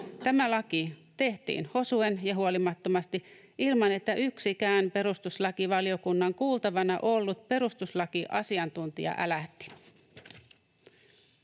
Tämä laki tehtiin hosuen ja huolimattomasti ilman, että yksikään perustuslakivaliokunnan kuultavana ollut perustuslakiasiantuntija älähti.